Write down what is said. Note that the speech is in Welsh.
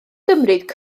gymryd